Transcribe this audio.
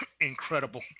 Incredible